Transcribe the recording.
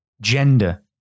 gender